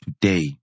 today